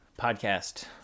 podcast